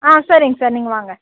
ஆ செரிங்க சார் நீங்கள் வாங்க